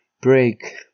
Break